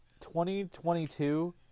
2022